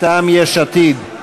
מטעם יש עתיד.